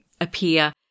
appear